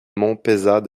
montpezat